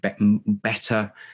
better